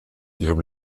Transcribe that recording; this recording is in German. ihrem